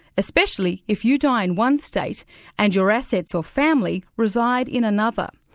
especially if you die in one state and your assets or family reside in another.